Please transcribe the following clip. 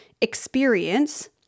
experience